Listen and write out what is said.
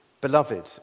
beloved